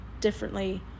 differently